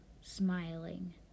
smiling